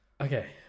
Okay